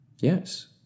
Yes